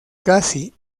casi